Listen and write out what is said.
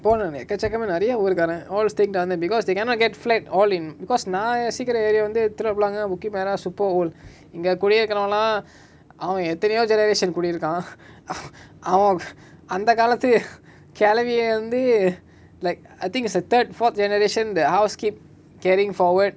போனோனே எக்கச்சக்கமா நெரய ஊர்காரன்:ponone yekkachakkama neraya oorkaaran all staying under because they cannot get flat all in because நா வசிக்குர:na vasikura area வந்து:vanthu telok blangah bukit merah super old இங்க கூடவே இருகுரவன்லா அவ எத்தனயோ:inga koodave irukuravanlaa ava ethanayo generation குடி இருக்கா:kudi irukaa uh uh avak~ அந்த காலத்து கெலவில இருந்து:antha kaalathu kelavila irunthu like I think it's a third fourth generation the house keep carrying forward